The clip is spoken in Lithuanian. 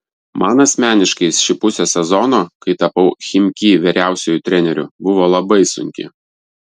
man asmeniškai ši pusė sezono kai tapau chimki vyriausiuoju treneriu buvo labai sunki